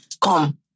come